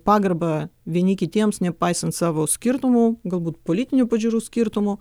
pagarbą vieni kitiems nepaisant savo skirtumų galbūt politinių pažiūrų skirtumų